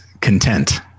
content